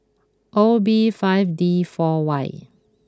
O B five D four Y